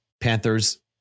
panthers